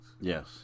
Yes